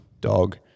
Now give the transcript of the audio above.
Dog